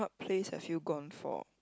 place have you gone for